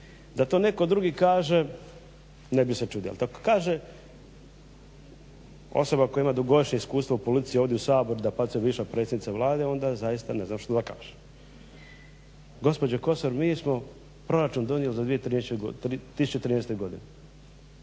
Da to netko drugi kaže ne bih se čudio, dok kaže osoba koja ima dugogodišnje iskustvo u politici ovdje u Saboru, dapače bivša predsjednica Vlade onda zaista ne znam što da kažem. Gospođo Kosor mi smo donijeli proračun za 2013.godinu